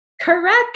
Correct